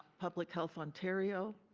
public health ontario,